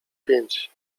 pięć